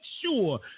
sure